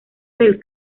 del